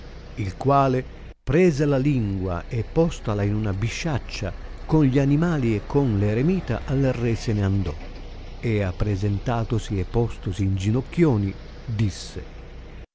il quale presa la lingua e postala in una bisciaccia con gli animali e con l eremita al re se ne andò e appresentatosi e postosi in ginocchioni disse